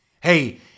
Hey